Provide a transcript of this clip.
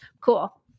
Cool